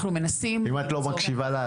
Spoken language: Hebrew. אנחנו מנסים --- אם את לא מקשיבה לה,